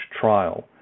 trial